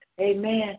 Amen